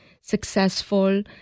successful